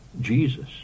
Jesus